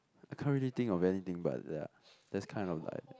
I can't really think of anything but ya that's kind of like